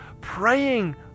praying